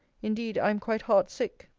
indeed i am quite heart-sick.